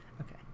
Okay